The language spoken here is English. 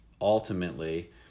ultimately